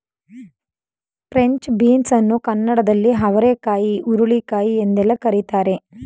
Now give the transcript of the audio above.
French beans ಅನ್ನು ಕನ್ನಡದಲ್ಲಿ ಅವರೆಕಾಯಿ ಹುರುಳಿಕಾಯಿ ಎಂದೆಲ್ಲ ಕರಿತಾರೆ